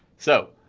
so,